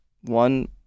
One